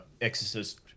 Exorcist